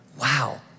wow